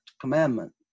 commandment